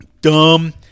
Dumb